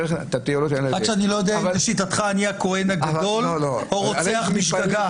רק שאני לא יודע אם לשיטתך אני הכהן הגדול או רוצח בשגגה.